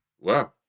Wow